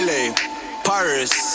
Paris